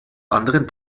anderen